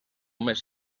més